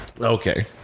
Okay